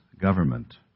government